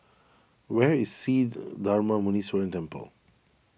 where is Sri Darma Muneeswaran Temple